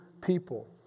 people